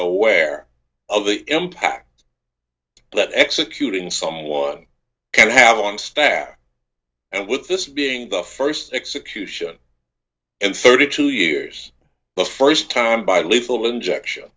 aware of the impact that executing someone could have on staff and with this being the first execution in thirty two years the first time by lethal inject